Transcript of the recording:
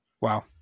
wow